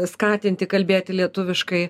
skatinti kalbėti lietuviškai